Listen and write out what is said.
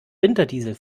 winterdiesel